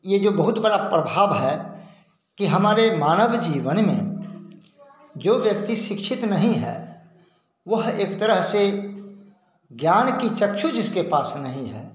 ये जो बहुत बड़ा प्रभाव है कि हमारे मानव जीवन में जो व्यक्ति शिक्षित नहीं है वह एक तरह से ज्ञान की चक्षु जिसके पास नहीं है